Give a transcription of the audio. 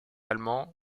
allemand